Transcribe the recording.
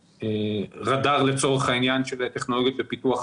הרדאר לצורך העניין של טכנולוגיות לפיתוח